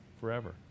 forever